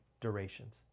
durations